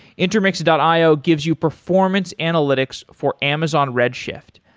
intermix and io gives you performance analytics for amazon redshift.